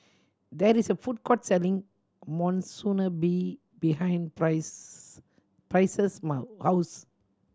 there is a food court selling Monsunabe behind Price's Price's house